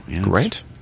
Great